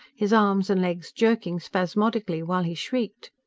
his arms and legs jerking spasmodically, while he shrieked.